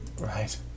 Right